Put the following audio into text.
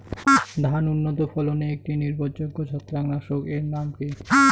ধান উন্নত ফলনে একটি নির্ভরযোগ্য ছত্রাকনাশক এর নাম কি?